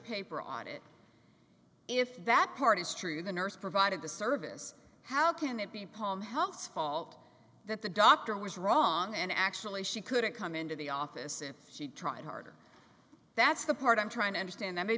paper audit if that part is true the nurse provided the service how can it be palm house fault that the doctor was wrong and actually she couldn't come into the office if she tried harder that's the part i'm trying to understand that may